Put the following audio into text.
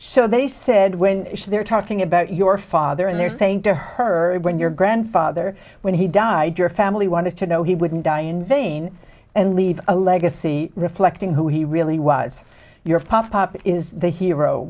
so they said when they were talking about your father and they're saying to her when your grandfather when he died your family wanted to know he wouldn't die in vain and leave a legacy reflecting who he really was your papa is the